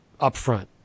upfront